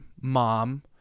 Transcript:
mom